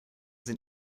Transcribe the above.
sind